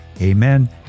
amen